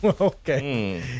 Okay